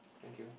thank you